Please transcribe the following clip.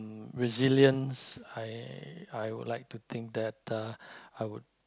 and resilience I I would like to think that uh I would